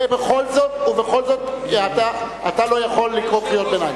ובכל זאת, אתה לא יכול לקרוא קריאות ביניים.